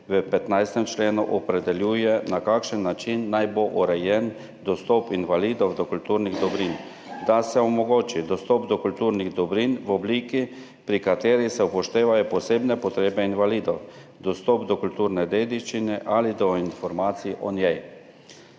v 15. členu opredeljuje, na kakšen način naj bo urejen dostop invalidov do kulturnih dobrin, da se omogoči dostop do kulturnih dobrin v obliki, pri kateri se upoštevajo posebne potrebe invalidov, dostop do kulturne dediščine ali do informacij o njej.